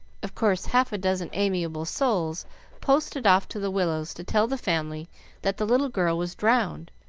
of course half a dozen amiable souls posted off to the willows to tell the family that the little girl was drowned,